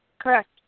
Correct